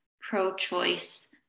pro-choice